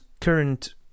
current